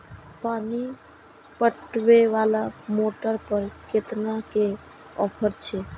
पानी पटवेवाला मोटर पर केतना के ऑफर छे?